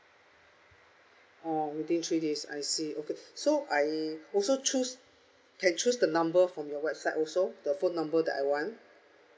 oh within three days I see okay so I also choose can choose the number from your website also the phone number that I want